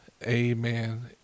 Amen